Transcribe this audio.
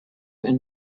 and